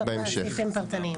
בהמשך, בסעיפים פרטניים.